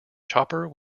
chopper